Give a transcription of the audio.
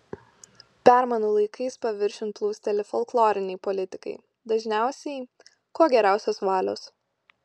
permainų laikais paviršiun plūsteli folkloriniai politikai dažniausiai kuo geriausios valios